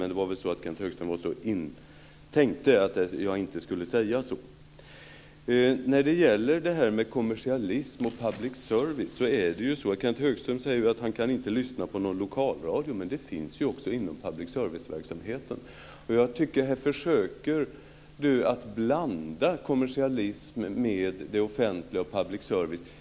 Men Kenth Högström tänkte väl att jag inte skulle säga så. Kenth Högström säger att han inte kan lyssna på någon lokalradio. Men det finns ju inom public service-verksamheten. Jag tycker att Kenth Högström försöker att blanda kommersialism med det offentliga och public service.